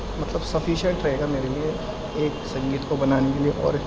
مطلب سفیشینٹ رہے گا میرے لیے ایک سنگیت کو بنانے کے لیے اور